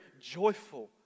joyful